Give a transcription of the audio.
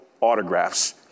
autographs